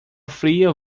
fria